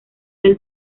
del